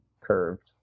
curved